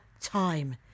time